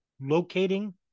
locating